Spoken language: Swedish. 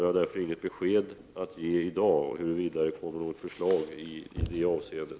Jag har därför inget besked att ge i dag när det gäller frågan om det kommer något förslag i det avseendet.